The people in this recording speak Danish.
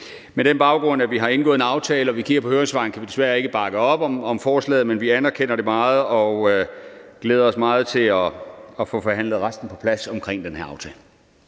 her. På baggrund af at vi har indgået en aftale og at vi kigger på høringssvarene, kan vi desværre ikke bakke op om lovforslaget, men vi anerkender det meget og glæder os meget til at få forhandlet resten på plads omkring den her aftale.